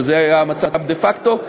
שזה היה המצב דה-פקטו,